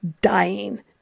dying